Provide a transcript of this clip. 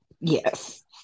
Yes